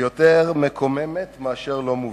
יותר מקוממת מאשר לא מובנת.